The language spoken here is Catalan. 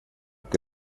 que